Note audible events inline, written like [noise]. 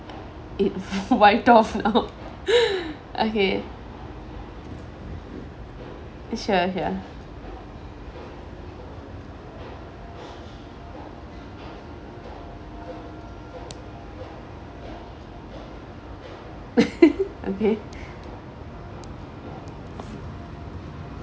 it [laughs] wiped off now okay sure sure [laughs] okay